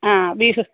ആ ബീഫ്